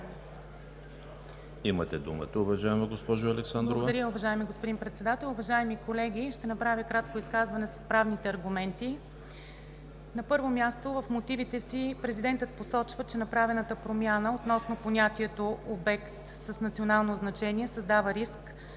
Имате думата, уважаема госпожо Александрова.